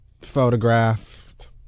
photographed